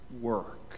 work